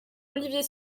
olivier